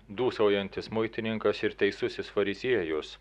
dūsaujantis muitininkas ir teisusis fariziejus